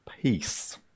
peace